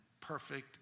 perfect